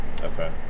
Okay